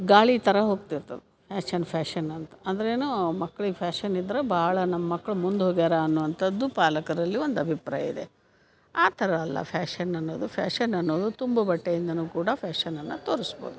ಗಾಳಿ ಥರ ಹೋಗ್ತಿರ್ತದೆ ಫ್ಯಾಷನ್ ಫ್ಯಾಷನ್ ಅಂತ ಅಂದ್ರೆ ಏನೋ ಮಕ್ಳಿಗೆ ಫ್ಯಾಷನ್ ಇದ್ದರೆ ಭಾಳ ನಮ್ಮ ಮಕ್ಕಳು ಮುಂದೆ ಹೋಗ್ಯಾರ ಅನ್ನುವಂಥದ್ದು ಪಾಲಕರಲ್ಲಿ ಒಂದು ಅಭಿಪ್ರಾಯ ಇದೆ ಆ ಥರ ಅಲ್ಲ ಫ್ಯಾಷನ್ ಅನ್ನೋದು ಫ್ಯಾಷನ್ ಅನ್ನೋದು ತುಂಬು ಬಟ್ಟೆಯಿಂದಲೂ ಕೂಡ ಫ್ಯಾಷನನ್ನು ತೋರಿಸ್ಬೋದು